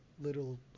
little